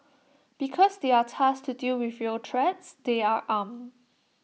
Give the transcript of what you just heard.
because they are tasked to deal with real threats they are armed